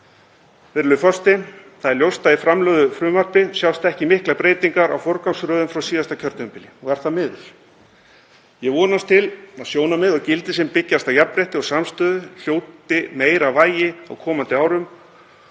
Virðulegur forseti. Það er ljóst að í framlögðu frumvarpi sjást ekki miklar breytingar á forgangsröðun frá síðasta kjörtímabili og er það miður. Ég vonast til að sjónarmið og gildi sem byggjast á jafnrétti og samstöðu hljóti meira vægi á komandi árum